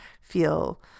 feel